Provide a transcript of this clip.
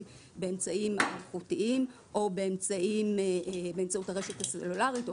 באמצעים אלחוטיים או באמצעות הרשת הסלולרית,